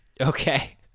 okay